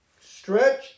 Stretch